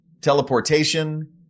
teleportation